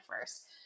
first